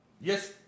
Yes